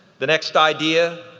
the next idea,